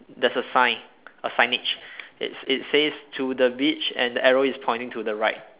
there's a sign a signage it's it says to the beach and the arrow is pointing to the right